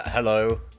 Hello